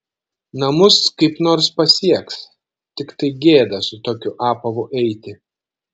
namus kaip nors pasieks tiktai gėda su tokiu apavu eiti